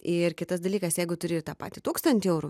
ir kitas dalykas jeigu turi tą patį tūkstantį eurų